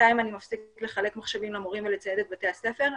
בינתיים אני מפסיק לחלק מחשבים למורים ולצייד את בתי הספר.